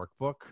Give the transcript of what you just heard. workbook